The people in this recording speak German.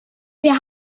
wir